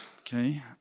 okay